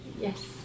Yes